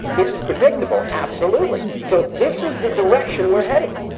is it predictable? absolutely. so this is the direction we're headed.